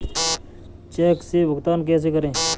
Check से भुगतान कैसे करें?